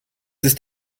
ist